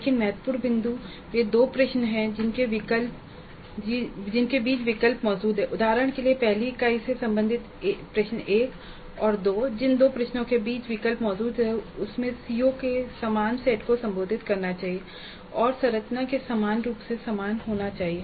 लेकिन महत्वपूर्ण बिंदु वे दो प्रश्न हैं जिनके बीच विकल्प मौजूद है उदाहरण के लिए पहली इकाई से संबंधित प्रश्न 1 और 2 जिन दो प्रश्नों के बीच विकल्प मौजूद हैं उन्हें सीओ के समान सेट को संबोधित करना चाहिए और संरचना में समान रूप से समान होना चाहिए